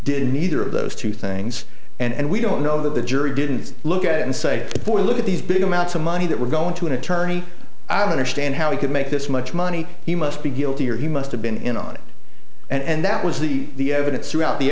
did neither of those two things and we don't know that the jury didn't look at it and say boy look at these big amounts of money that we're going to an attorney i don't understand how he could make this much money he must be guilty or he must have been in on it and that was the evidence throughout the